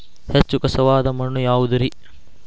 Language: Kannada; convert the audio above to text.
ಹೆಚ್ಚು ಖಸುವಾದ ಮಣ್ಣು ಯಾವುದು ರಿ?